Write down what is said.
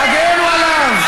תגנו עליו.